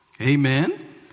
amen